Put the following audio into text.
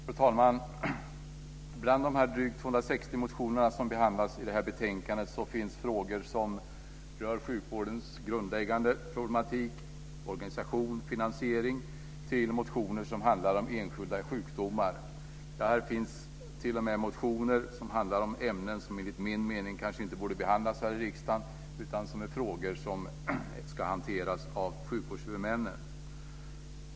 Fru talman! Bland de drygt 260 motioner som behandlas i detta betänkande finns allt från motioner om frågor som rör sjukvårdens grundläggande problematik, organisation och finansiering, till motioner som handlar om enskilda sjukdomar. Här finns t.o.m. motioner som handlar om ämnen som enligt min mening kanske inte borde behandlas här i riksdagen utan som rör frågor som kanske ska hanteras av sjukvårdshuvudmännen.